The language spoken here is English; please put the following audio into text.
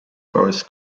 forests